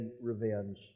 revenge